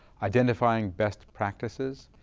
identifying best practices,